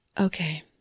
Okay